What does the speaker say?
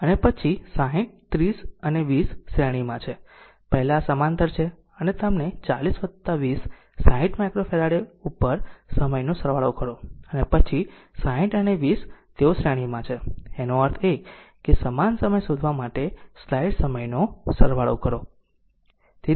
પછી 60 30 અને 20 શ્રેણીમાં છે પહેલા આ સમાંતર છે અને તેમને 40 20 60 માઈક્રોફેરાડે ઉપર સમયનો સરવાળો કરો અને પછી 60 અને 20 તેઓ શ્રેણીમાં છે એનો અર્થ એ કે સમાન સમય શોધવા માટે સ્લાઇડ સમયનો સરવાળો કરો